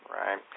Right